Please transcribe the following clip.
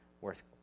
worth